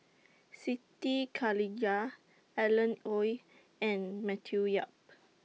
Siti Khalijah Alan Oei and Matthew Yap